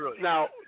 now